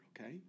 okay